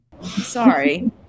Sorry